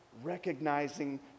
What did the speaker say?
recognizing